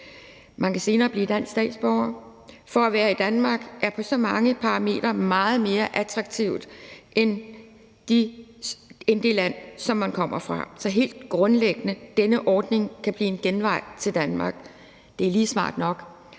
Man kan senere blive dansk statsborger. For at være i Danmark er på så mange parametre meget mere attraktivt end at være i det land, som man kommer fra. Så helt grundlæggende kan denne ordning blive en genvej til Danmark. Det er lige smart nok,